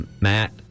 Matt